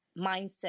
mindset